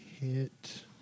hit